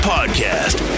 Podcast